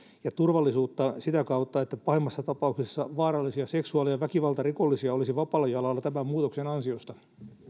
ja turvallisuutta sitä kautta että pahimmassa tapauksessa vaarallisia seksuaali ja väkivaltarikollisia olisi vapaalla jalalla tämän muutoksen ansiosta